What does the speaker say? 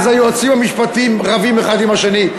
אז היועצים המשפטיים רבים אחד עם השני.